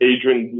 Adrian